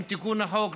עם תיקון החוק,